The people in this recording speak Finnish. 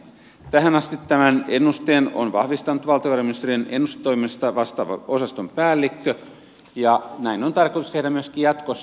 tähän asti tämän ennusteen on vahvistanut valtiovarainministeriön ennustetoiminnasta vastaavan osaston päällikkö ja näin on tarkoitus tehdä myöskin jatkossa